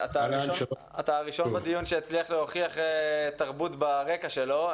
אתה הראשון בדיון שהצליח להוכיח תרבות ברקע שלו,